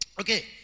okay